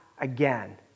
again